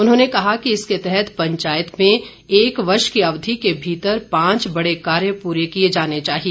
उन्होंने कहा कि इसके तहत पंचायत में एक वर्ष की अवधि के भीतर पांच बडे कार्य पूरे किए जाने चाहिए